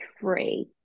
free